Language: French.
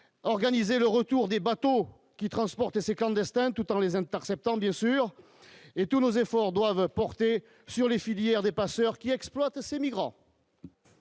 organiser le retour des bateaux qui transportaient ces clandestins tout en les interceptant bien sûr et tous nos efforts doivent porter sur les filières des passeurs qui exploitent ces migrants.